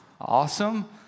Awesome